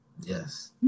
Yes